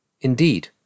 Indeed